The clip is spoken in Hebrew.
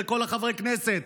כל חברי הכנסת.